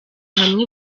hamwe